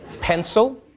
Pencil